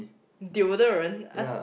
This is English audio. deodorant I~